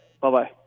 Bye-bye